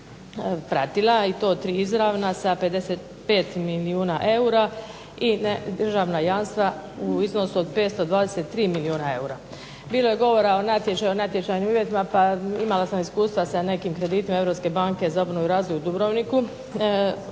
pratila, i to 3 izravna sa 55 milijuna eura i državna jamstva u iznosu od 523 milijuna eura. Bilo je govora o natječaju, natječajnim uvjetima, pa imala sam iskustvima sa nekim kreditima Europske banke za obnovu i razvoj u Dubrovniku.